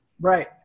Right